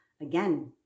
Again